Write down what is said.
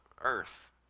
earth